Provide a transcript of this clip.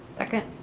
second.